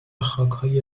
خاکهای